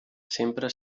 sempre